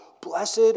Blessed